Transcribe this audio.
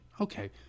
Okay